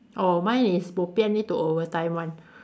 oh mine is bo pian need to overtime [one]